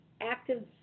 active